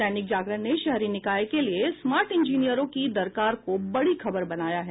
दैनिक जागरण ने शहरी निकाय के लिए स्मार्ट इंजीनियरों की दरकार को बड़ी खबर बनाया है